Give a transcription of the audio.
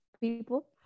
people